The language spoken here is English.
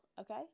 Okay